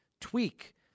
tweak